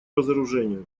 разоружению